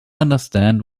understand